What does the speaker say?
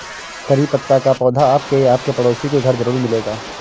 करी पत्ता का पौधा आपके या आपके पड़ोसी के घर ज़रूर मिलेगा